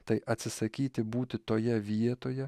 tai atsisakyti būti toje vietoje